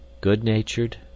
good-natured